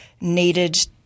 needed